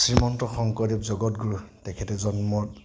শ্ৰীমন্ত শংকৰদেৱ জগতগুৰু তেখেতে জন্ম